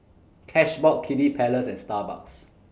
Cashbox Kiddy Palace and Starbucks